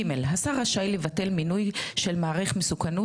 (ג)השר רשאי לבטל מינוי של מעריך מסוכנות